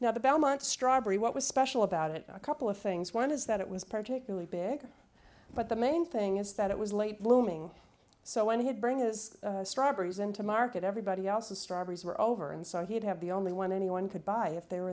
now the belmont strawberry what was special about it a couple of things one is that it was particularly big but the main thing is that it was late blooming so when he had bring his strawberries into market everybody else's strawberries were over and so he'd have the only one anyone could buy if they